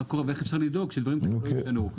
מה קורה ואיך אפשר לדאוג שדברים כאלה לא יישנו.